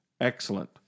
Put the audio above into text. excellent